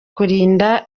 kurinda